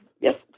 Yes